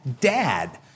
dad